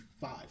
five